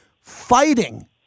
fighting